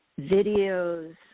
videos